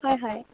হয় হয়